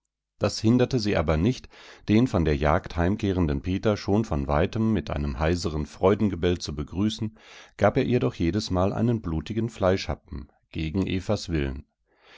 das hinderte sie aber nicht den von der jagd heimkehrenden peter schon von weitem mit einem heiseren freudengebell zu begrüßen gab er ihr doch jedesmal einen blutigen fleischhappen gegen evas willen